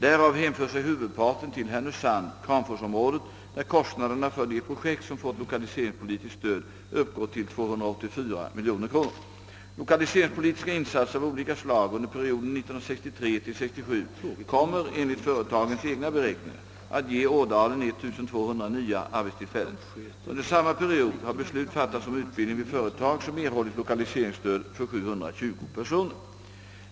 Därav hänför sig huvudparten till härnösand-kramforsområdet, där kostnaderna för de projekt, som fått lokaliseringspolitiskt stöd, uppgår till 284 miljoner kronor. Lokaliseringspolitiska insatser av olika slag under perioden 1963—1967 kommer enligt företagens egna beräkningar ge Ådalen 1200 nya arbetstillfällen. Under samma period har beslut fattats om utbildning vid företag, som erhållit lokaliseringsstöd, för 720 personer.